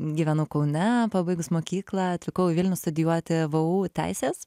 gyvenu kaune pabaigus mokyklą atvykau į vilnių studijuoti vu teisės